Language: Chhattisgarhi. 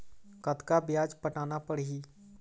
कतका ब्याज पटाना पड़ही?